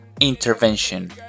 intervention